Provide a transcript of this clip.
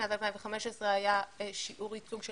בשנת 2015 היה שיעור ייצוג של